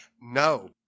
No